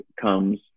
comes